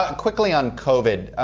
ah quickly on covid,